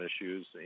issues